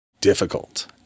difficult